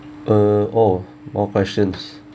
uh oh more questions